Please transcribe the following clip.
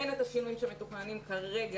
אין את השינויים שמתוכננים כרגע.